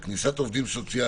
כתוב פה על עובדים סוציאליים